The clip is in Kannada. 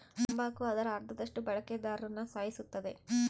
ತಂಬಾಕು ಅದರ ಅರ್ಧದಷ್ಟು ಬಳಕೆದಾರ್ರುನ ಸಾಯಿಸುತ್ತದೆ